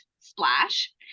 splash